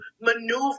maneuver